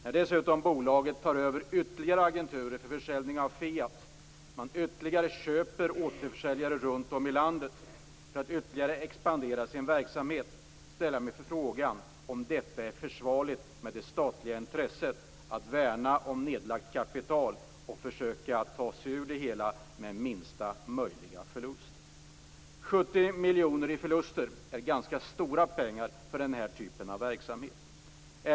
När bolaget dessutom tar över ytterligare agenturer för försäljning av Fiat och köper ytterligare återförsäljare runt om i landet för att ytterligare expandera sin verksamhet ställer jag mig frågan om detta är förenligt med det statliga intresset att värna om nedlagt kapital och försöka att ta sig ur det hela med minsta möjliga förlust. 70 miljoner i förluster är ganska stora pengar för den här typen av verksamhet.